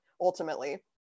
ultimately